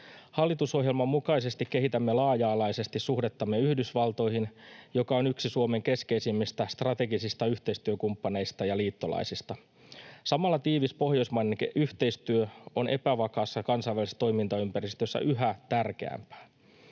Hallitusohjelman mukaisesti kehitämme laaja-alaisesti suhdettamme Yhdysvaltoihin, joka on yksi Suomen keskeisimmistä strategisista yhteistyökumppaneista ja liittolaisista. Samalla tiivis pohjoismainen yhteistyö on epävakaassa kansainvälisessä toimintaympäristössä yhä tärkeämpää.